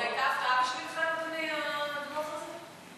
זאת הייתה הפתעה בשבילך, נתוני הדוח הזה?